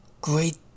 great